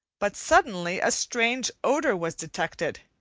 but suddenly a strange odor was detected.